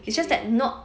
okay leh